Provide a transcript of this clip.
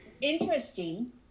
interesting